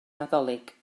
nadolig